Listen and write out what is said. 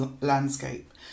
landscape